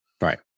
Right